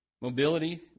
Mobility